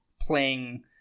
playing